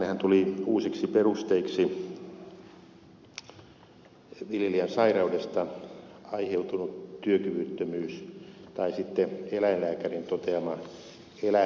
tännehän tuli uusiksi perusteiksi viljelijän sairaudesta aiheutunut työkyvyttömyys tai sitten eläinlääkärin toteama eläintauti